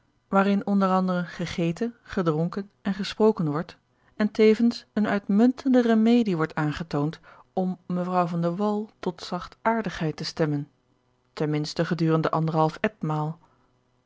waarin onder anderen gegeten gedronken en gesproken wordt en tevens een uitmuntende remedie wordt aangetoond om mevr van de wall tot zachtaardigheid te stemmen ten minste gedurende anderhalf etmaal